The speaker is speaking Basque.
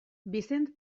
vicent